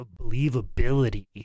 believability